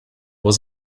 was